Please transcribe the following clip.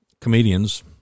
Comedians